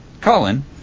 colin